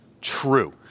true